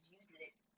useless